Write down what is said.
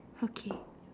okay